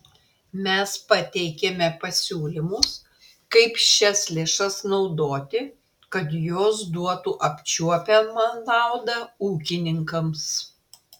mes pateikėme pasiūlymus kaip šias lėšas naudoti kad jos duotų apčiuopiamą naudą ūkininkams